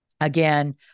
Again